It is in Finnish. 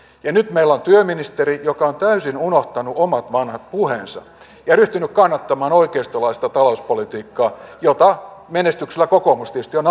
ja nyt meillä on työministeri joka on täysin unohtanut omat vanhat puheensa ja ryhtynyt kannattamaan oikeistolaista talouspolitiikkaa jota menestyksellä kokoomus tietysti on